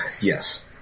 Yes